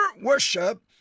worship